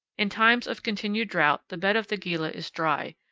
in times of continued drought the bed of the gila is dry,